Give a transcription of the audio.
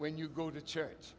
when you go to church